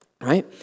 Right